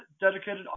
dedicated